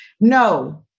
No